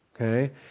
Okay